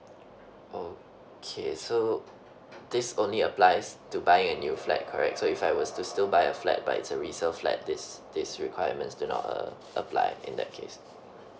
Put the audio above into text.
okay so this only applies to buying a new flat correct so if I was to still buy a flat but it's a reserve flat this this requirements do not uh applied in that case